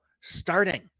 starting